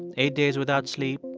and eight days without sleep,